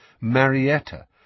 Marietta